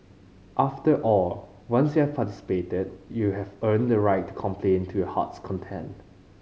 after all once you have participated you have earned the right to complain to your heart's content